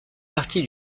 partie